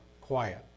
quiet